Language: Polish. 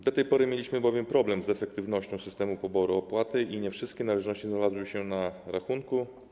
Do tej pory mieliśmy bowiem problem z efektywnością systemu poboru opłat i nie wszystkie należności znalazły się na rachunku.